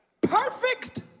Perfect